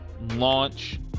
launch